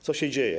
Co się dzieje?